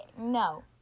No